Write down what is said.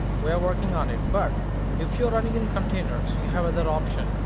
we are working on it. but if you're running in containers, you have another option.